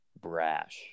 brash